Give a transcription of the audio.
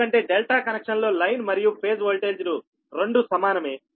ఎందుకంటే delta connection లో line మరియు ఫేజ్ ఓల్టేజ్ లు రెండూ సమానమే